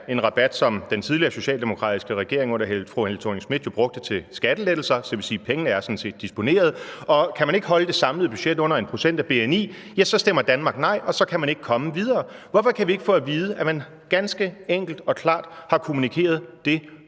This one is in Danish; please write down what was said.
en rabat, som den tidligere socialdemokratiske regering under fru Helle Thorning-Schmidt jo brugte til skattelettelser, så det vil sådan set sige, at pengene er disponeret – og kan man ikke holde det samlede budget under 1 pct. af bni, ja, så stemmer Danmark nej, og så kan man ikke komme videre. Hvorfor kan vi ikke få at vide, at man ganske enkelt og klart har kommunikeret det